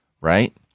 right